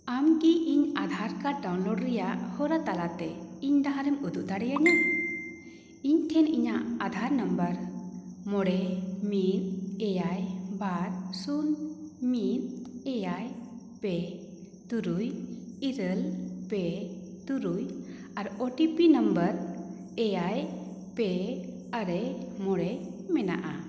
ᱟᱢ ᱠᱤ ᱤᱧ ᱟᱫᱷᱟᱨ ᱠᱟᱨᱰ ᱰᱟᱣᱩᱱᱞᱳᱰ ᱨᱮᱭᱟᱜ ᱦᱚᱨᱟ ᱛᱟᱞᱟᱛᱮ ᱤᱧ ᱰᱟᱦᱟᱨᱮᱢ ᱩᱫᱩᱜ ᱫᱟᱲᱮᱭᱤᱧᱟ ᱤᱧ ᱴᱷᱮᱱ ᱤᱧᱟᱹᱜ ᱟᱫᱷᱟᱨ ᱱᱟᱢᱵᱟᱨ ᱢᱚᱬᱮ ᱢᱤᱫ ᱮᱭᱟᱭ ᱵᱟᱨ ᱥᱩᱱ ᱢᱤᱫ ᱮᱭᱟᱭ ᱯᱮ ᱛᱩᱨᱩᱭ ᱛᱩᱨᱩᱭ ᱤᱨᱟᱹᱞ ᱯᱮ ᱛᱩᱨᱩᱭ ᱟᱨ ᱳ ᱴᱤ ᱯᱤ ᱱᱟᱢᱵᱟᱨ ᱮᱭᱟᱭ ᱯᱮ ᱟᱨᱮ ᱢᱚᱬᱮ ᱢᱮᱱᱟᱜᱼᱟ